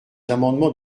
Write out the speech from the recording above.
amendements